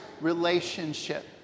relationship